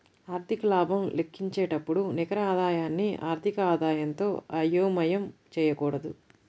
ఆర్థిక లాభం లెక్కించేటప్పుడు నికర ఆదాయాన్ని ఆర్థిక ఆదాయంతో అయోమయం చేయకూడదు